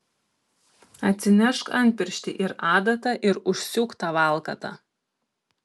atsinešk antpirštį ir adatą ir užsiūk tą valkatą